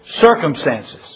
circumstances